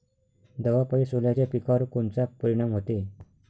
दवापायी सोल्याच्या पिकावर कोनचा परिनाम व्हते?